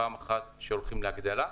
פעם אחת שהולכים להגדלה,